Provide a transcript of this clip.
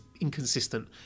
inconsistent